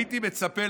הייתי מצפה,